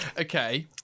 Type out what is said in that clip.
Okay